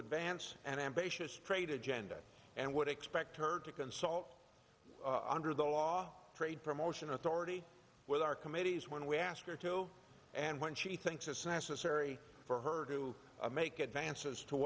advance an ambitious trade agenda and would expect her to consult under the law trade promotion authority with our committees when we ask her to and when she thinks it's necessary for her to make advances to